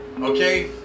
okay